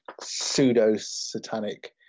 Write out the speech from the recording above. pseudo-satanic